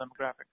demographic